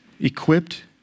Equipped